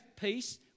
peace